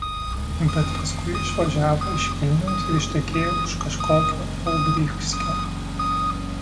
bet paskui išvažiavo iš vilniaus ir ištekėjo už kažkokio olbrychskio